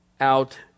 out